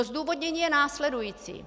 Zdůvodnění je následující.